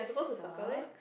socks